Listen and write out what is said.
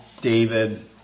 David